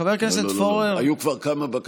חבר הכנסת פורר, לא, לא.